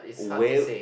a whale